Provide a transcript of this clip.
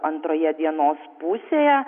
antroje dienos pusėje